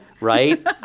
right